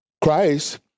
Christ